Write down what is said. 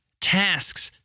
tasks